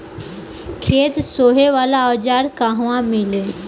खेत सोहे वाला औज़ार कहवा मिली?